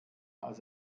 als